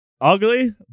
ugly